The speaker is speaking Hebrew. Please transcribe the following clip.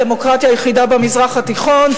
הדמוקרטיה היחידה במזרח התיכון,